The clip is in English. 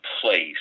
place